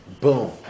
boom